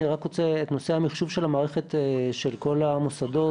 נושא המחשוב של המערכת של כל המוסדות